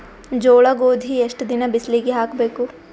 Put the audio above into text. ಜೋಳ ಗೋಧಿ ಎಷ್ಟ ದಿನ ಬಿಸಿಲಿಗೆ ಹಾಕ್ಬೇಕು?